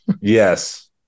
Yes